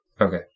Okay